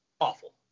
awful